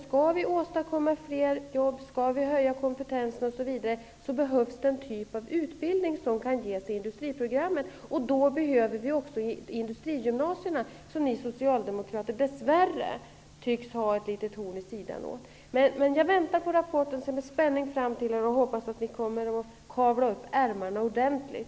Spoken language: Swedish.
Skall vi åstadkomma fler jobb och höja kompetensen behövs den typ av utbildning som kan ges i industriprogrammet. Då behöver vi också industrigymnasierna, vilka ni socialdemokrater dess värre tycks ha ett litet horn i sidan mot. Jag väntar på rapporten och ser med spänning fram emot den. Jag hoppas att ni kommer att kavla upp ärmarna ordentligt.